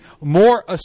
more